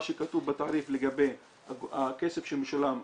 מה שכתוב בתעריף לגבי הכסף שמשולם,